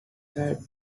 had